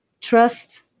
trust